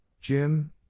Jim